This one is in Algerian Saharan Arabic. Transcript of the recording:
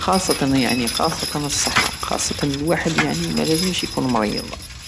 وخاصة- خاصة الصحة خاصة الواحد يعني مالازمش يكون مرض